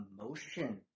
emotion